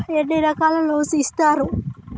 ఎన్ని రకాల లోన్స్ ఇస్తరు?